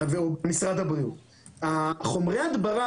חומרי ההדברה,